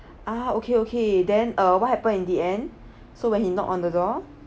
ah okay okay then uh what happened in the end so when he knock on the door